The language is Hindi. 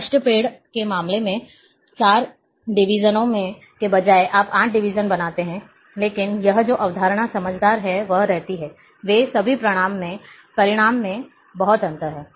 अष्ट पेड़ के मामले में 4 डिवीजनों के बजाय आप 8 डिवीजन बनाते हैं लेकिन यह जो अवधारणा समझदार है वही रहती है वे सभी परिणाम में बहुत अंतर हैं